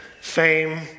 fame